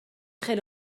خیلی